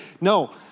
no